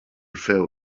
féu